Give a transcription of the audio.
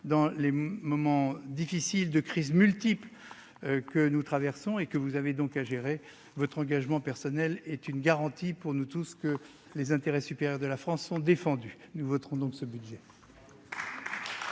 dans les moments difficiles de crises multiples que nous traversons et que vous gérez, votre engagement personnel est la garantie pour nous tous que les intérêts supérieurs de la France seront défendus. Nous voterons donc ce budget.